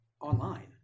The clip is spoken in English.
online